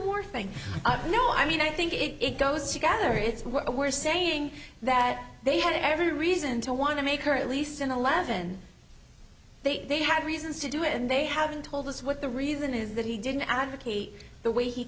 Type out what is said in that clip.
war thing no i mean i think it goes together it's what we're saying that they had every reason to want to make her at least in the lab then they they had reasons to do it and they haven't told us what the reason is that he didn't advocate the way he